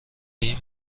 این